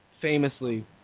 famously